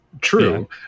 true